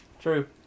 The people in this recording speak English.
true